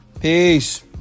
Peace